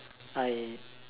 I